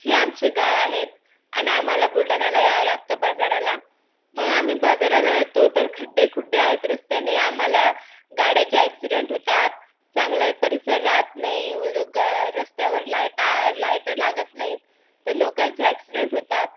हे आमचे गाव आहेत आणि आम्हाला बुलढाण्याला यावं लागतं बाजाराला मग आम्ही बाजाराला येतो तर खड्डे खुड्डे आहेत रस्त्याने आम्हाला गाड्याचे ॲक्सिडंट होतात चांगला परिसर राहात नाही रस्त्यावर लायटा लायटं लागत नाहीत तर लोकांचे ॲक्सिडंट होतात